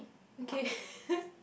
okay